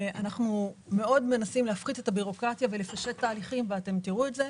אנחנו מאוד מנסים להפחית את הבירוקרטיה ולפשט תהליכים ואתם תראו את זה,